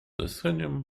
westchnieniem